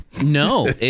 No